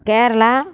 Kerala